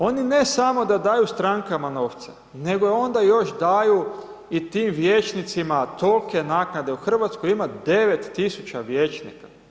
Oni ne samo da daju strankama novce, nego ih onda još daju i tim vijećnicima tol'ke naknade, u Hrvatskoj ima 9000 vijećnika.